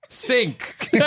Sink